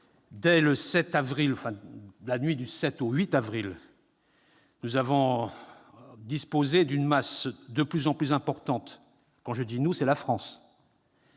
dès la nuit du 7 au 8 avril, nous avons disposé d'une masse de plus en plus importante- quand je dis « nous », je parle